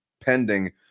pending